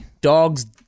dogs